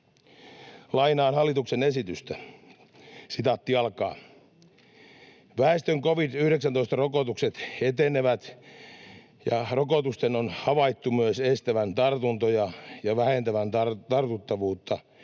Lainaan hallituksen esitystä: ”Väestön covid-19-rokotukset etenevät, ja rokotusten on havaittu myös estävän tartuntoja ja vähentävän tartuttavuutta,